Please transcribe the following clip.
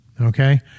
Okay